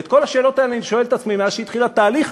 ואת כל השאלות האלה אני שואל את עצמי מאז שהתחיל התהליך,